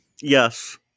Yes